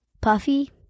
puffy